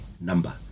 number